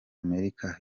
amerika